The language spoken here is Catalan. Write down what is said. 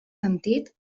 sentit